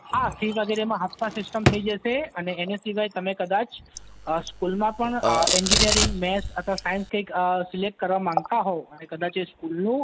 હા ફી વગેરેમાં હપ્તા સીસ્ટમ થઇ જશે અને એને સિવાય તમે કદાચ સ્કૂલમાં પણ એન્જીનીયરીંગ મેથ્સ અથવા સાયન્સ કઈક સિલેક્ટ કરવા માગતા હોવ કદાચ એ સ્કૂલનું